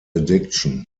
addiction